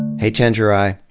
hey chenjerai,